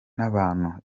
n’abantu